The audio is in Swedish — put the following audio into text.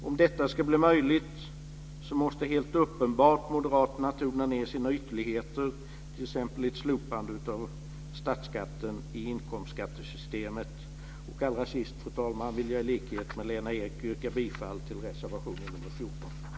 Om detta ska bli möjligt måste helt uppenbart moderaterna tona ned sina ytterligheter, t.ex. ett slopande av statsskatten i inkomstskattesystemet. Allra sist, fru talman, vill jag i likhet med Lena Ek yrka bifall till reservation 14.